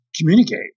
communicate